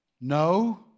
no